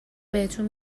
بهتون